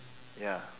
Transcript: ya